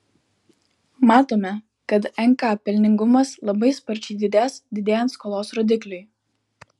matome kad nk pelningumas labai sparčiai didės didėjant skolos rodikliui